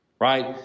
right